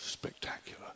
Spectacular